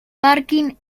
parking